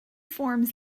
forms